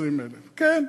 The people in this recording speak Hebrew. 20,000. כן,